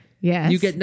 Yes